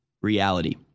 reality